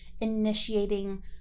initiating